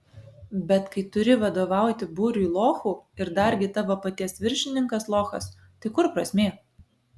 bet kai turi vadovauti būriui lochų ir dargi tavo paties viršininkas lochas tai kur prasmė